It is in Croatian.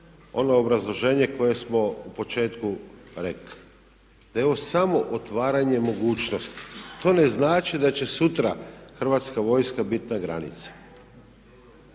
ono obrazloženje koje smo u početku rekli, da je ovo samo otvaranje mogućnosti. To ne znači da će sutra hrvatska vojska bit na granici.